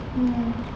mm